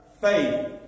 faith